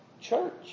church